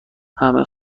همه